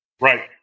Right